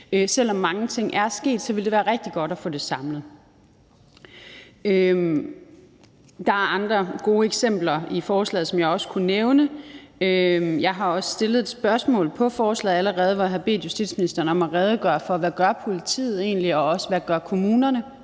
Selv om mange ting er sket, ville det være rigtig godt at få det samlet. Der er andre gode eksempler i forslaget, som jeg også kunne nævne. Jeg har også allerede stillet et spørgsmål i forbindelse med forslaget, hvor jeg har bedt justitsministeren redegøre for, hvad politiet egentlig gør, og også for, hvad kommunerne